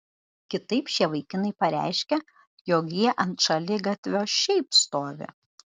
kitaip šie vaikinai pareiškia jog jie ant šaligatvio šiaip stovi